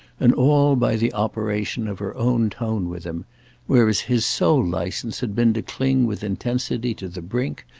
and all by the operation of her own tone with him whereas his sole licence had been to cling with intensity to the brink,